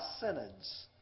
synods